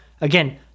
again